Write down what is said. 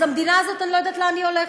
אז המדינה הזאת, אני לא יודעת לאן היא הולכת.